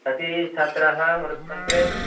कति छात्राः वर्तन्ते